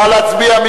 נא להצביע.